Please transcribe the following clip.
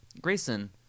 Grayson